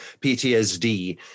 PTSD